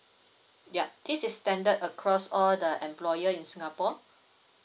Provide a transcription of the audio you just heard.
yup this is standard across all the employer in singapore